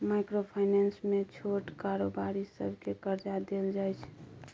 micro finance मे छोट कारोबारी सबकेँ करजा देल जाइ छै